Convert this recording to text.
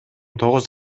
тогуз